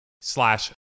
slash